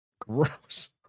Gross